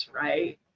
right